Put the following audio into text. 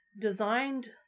designed